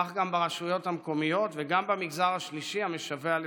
כך גם ברשויות המקומיות וגם במגזר השלישי המשווע לתקציבים.